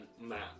Map